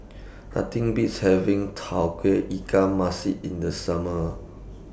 Nothing Beats having Tauge Ikan Masin in The Summer